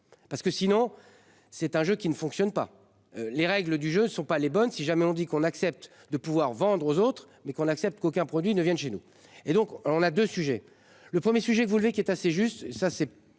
parce que sinon c'est un jeu qui ne fonctionne pas les règles du jeu ne sont pas les bonnes. Si jamais on dit qu'on accepte de pouvoir vendre aux autres mais qu'on accepte qu'aucun produit ne viennent chez nous et donc on a 2 sujets le 1er sujet vous lever qui est assez juste ça c'est